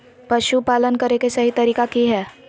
पशुपालन करें के सही तरीका की हय?